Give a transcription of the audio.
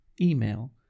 email